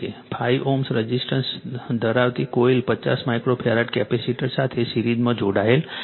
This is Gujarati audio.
5 Ω રઝિસ્ટર ધરાવતી કોઇલ 50 માઇક્રો ફેરાડ કેપેસિટર સાથે સિરીઝમાં જોડાયેલ છે